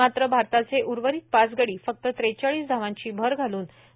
मात्र भारताचे उर्वरित पाच गडी फक्त त्रेचाळीस धावांची भर घालून तंबूत परतले